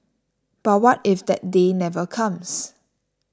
but what if that day never comes